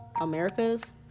Americas